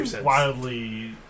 wildly